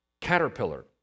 caterpillar